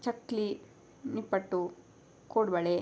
ಚಕ್ಕುಲಿ ನಿಪ್ಪಟ್ಟು ಕೋಡುಬಳೆ